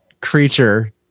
creature